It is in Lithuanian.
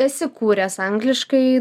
esi kūręs angliškai